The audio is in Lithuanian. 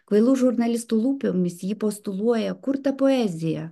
kvailų žurnalistų lūpomis ji postuluoja kur ta poezija